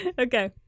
Okay